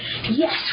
yes